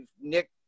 Nick